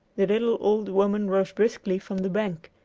the little old woman rose briskly from the bank,